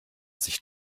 sich